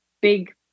Big